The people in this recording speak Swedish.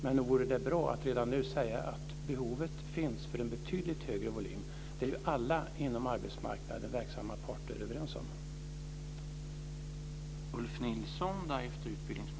Men nog vore det bra att redan nu säga att behovet finns för en betydligt högre volym. Det är alla inom arbetsmarknaden verksamma parter överens om.